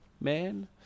man